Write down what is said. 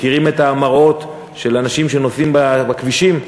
מכירים את המראות של אנשים שנוסעים בכבישים,